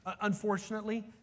unfortunately